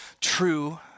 true